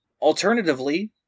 Alternatively